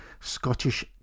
Scottish